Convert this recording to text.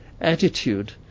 attitude